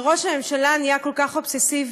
וראש הממשלה נהיה כל כך אובססיבי